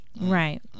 Right